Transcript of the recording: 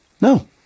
No